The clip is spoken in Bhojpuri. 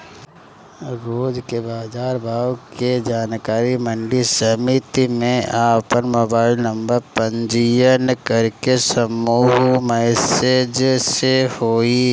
रोज के बाजार भाव के जानकारी मंडी समिति में आपन मोबाइल नंबर पंजीयन करके समूह मैसेज से होई?